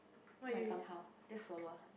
then my gum how just swallow ah